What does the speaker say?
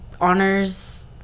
honors